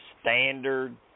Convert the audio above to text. standard